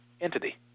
entity